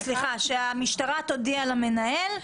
שהמשטרה תודיע למנהל,